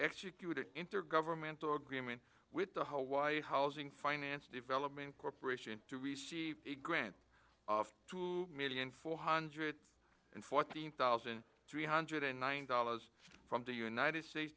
execute an intergovernmental agreement with the hawaii housing finance development corporation to receive a grant of two million four hundred and fourteen thousand three hundred nine dollars from the united states